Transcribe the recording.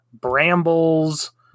brambles